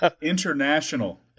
International